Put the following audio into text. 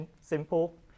simple